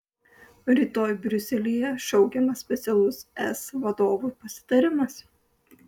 rytoj briuselyje šaukiamas specialus es vadovų pasitarimas